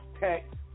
text